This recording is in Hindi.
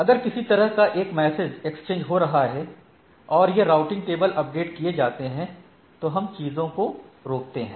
अगर किसी तरह का एक मैसेज एक्सचेंज हो रहा है और यह राउटिंग टेबल अपडेट किए जाते हैं तो हम चीजों को रोकते हैं